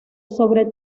sobre